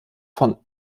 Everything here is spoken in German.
von